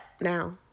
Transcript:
Now